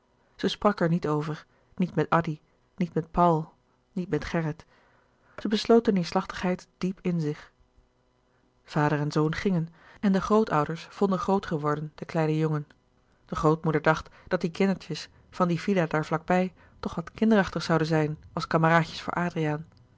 zij sprak er niet over niet met addy niet met paul niet met gerrit zij besloot de neerslachtigheid diep in zich vader en zoon gingen en de grootouders vonden groot geworden den kleinen jongen de grootmoeder dacht dat die kindertjes van die villa daar vlak bij toch wat kinderachtig zouden zijn als kameraadjes voor adriaan